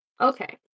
Okay